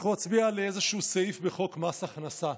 אנחנו נצביע על איזשהו סעיף בחוק מס הכנסה,